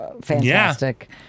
fantastic